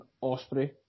Osprey